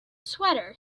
sweater